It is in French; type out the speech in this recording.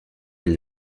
elle